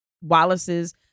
Wallace's